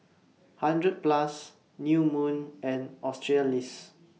hundred Plus New Moon and Australis